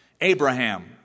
Abraham